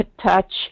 touch